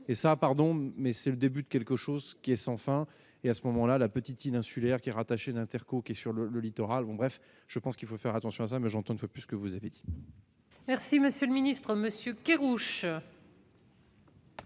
et ça, pardon, mais c'est le début de quelque chose qui est sans fin et à ce moment-là, la petite île insulaire qui est rattaché d'interco qui est sur le littoral vont, bref, je pense qu'il faut faire attention à ça, mais j'entends de fait puisque vous avez dit. Merci monsieur le ministre, monsieur Kerrouche.